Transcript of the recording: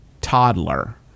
toddler